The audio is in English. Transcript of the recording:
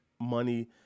money